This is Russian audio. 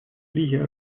лиги